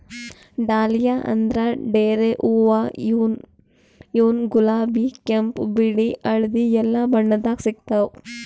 dahlia ಅಂದ್ರ ಡೇರೆ ಹೂವಾ ಇವ್ನು ಗುಲಾಬಿ ಕೆಂಪ್ ಬಿಳಿ ಹಳ್ದಿ ಎಲ್ಲಾ ಬಣ್ಣದಾಗ್ ಸಿಗ್ತಾವ್